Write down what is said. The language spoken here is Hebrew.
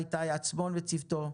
איתי עצמון וצוותו,